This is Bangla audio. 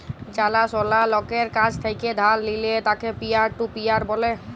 জালা সলা লকের কাছ থেক্যে ধার লিলে তাকে পিয়ার টু পিয়ার ব্যলে